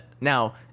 Now